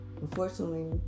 unfortunately